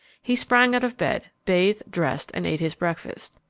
he sprang out of bed, bathed, dressed, and ate his breakfast.